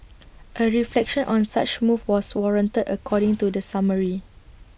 A reflection on such move was warranted according to the summary